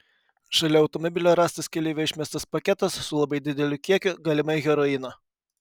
šalia automobilio rastas keleivio išmestas paketas su labai dideliu kiekiu galimai heroino